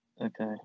Okay